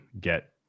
get